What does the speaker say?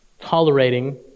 tolerating